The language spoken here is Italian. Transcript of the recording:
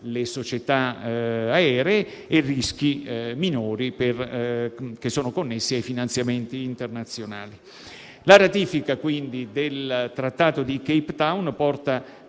le società aeree e rischi minori connessi ai finanziamenti internazionali. La ratifica del Trattato di Cape Town porta,